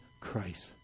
Christ